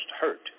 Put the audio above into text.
hurt